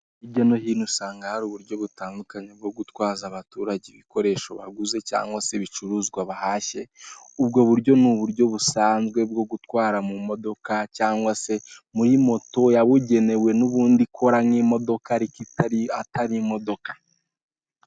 Ndabona umugore usa nkaho arikwerekana agatabo ke gasa nkaho ari akubwishingizi bugendeye kubuzima, kandi uwo mugore ari kukereka undi wicaye wambaye akanu ku umutuku.